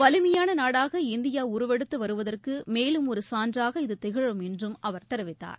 வலிமையான நாடாக இந்தியா உருவெடுத்து வருவதற்கு மேலும் ஒரு சான்றாக இது திகழும் என்றும் அவர் தெரிவித்தார்